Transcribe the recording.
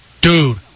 dude